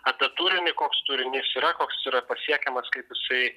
apie turinį koks turinys yra koks yra pasiekiamas kaip jisai